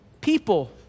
people